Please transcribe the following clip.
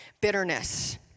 bitterness